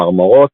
צמרמורות,